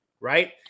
right –